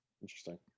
Interesting